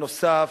הנוסף,